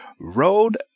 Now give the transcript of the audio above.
Road